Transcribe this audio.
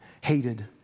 hated